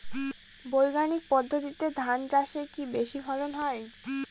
বৈজ্ঞানিক পদ্ধতিতে ধান চাষে কি বেশী ফলন হয়?